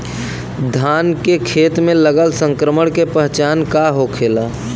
धान के खेत मे लगल संक्रमण के पहचान का होखेला?